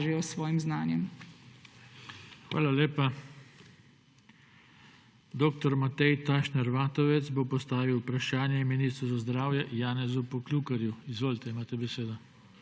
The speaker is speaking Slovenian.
Hvala lepa. Dr. Matej Tašner Vatovec bo postavil vprašanje ministru za zdravje Janezu Poklukarju. Izvolite, imate besedo.